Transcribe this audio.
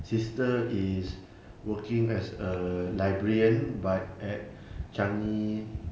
sister is working as a librarian but at changi